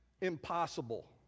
Impossible